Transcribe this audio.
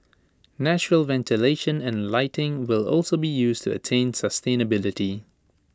natural ventilation and lighting will also be used to attain sustainability